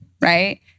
right